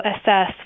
assess